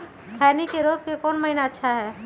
खैनी के रोप के कौन महीना अच्छा है?